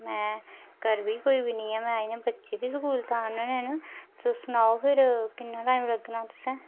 में घर बी कोई नीं ऐ बच्चे बी स्कूल दा आह्नने न तुस सुनाओ फिर किन्ना टाईम लग्गना तुसें